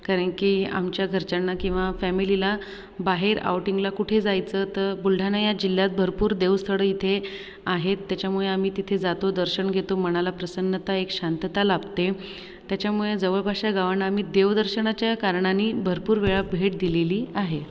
कारण की आमच्या घराच्यांना किंवा फॅमिलीला बाहेर आउटिंगला कुठे जायचं तर बुलढाणा या जिल्ह्यात भरपूर देवस्थळे इथे आहेत त्याच्यामुळे आम्ही तिथे जातो दर्शन घेतो मनाला प्रसन्नता एक शांतता लाभते त्याच्यामुळे जवळपासच्या गावांना आम्ही देवदर्शनाच्या कारणानी भरपूर वेळा भेट दिलेली आहे